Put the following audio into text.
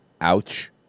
Ouch